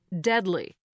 deadly